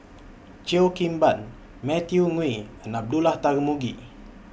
Cheo Kim Ban Matthew Ngui and Abdullah Tarmugi